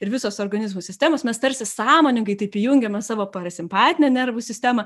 ir visos organizmo sistemos mes tarsi sąmoningai taip jungiame savo parasimpatinę nervų sistemą